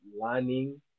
learning